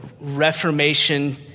Reformation